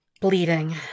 Bleeding